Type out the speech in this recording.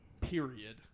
period